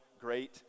great